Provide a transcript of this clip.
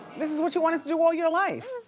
this is what you wanted to do all your life.